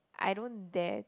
I don't dare to